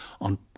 On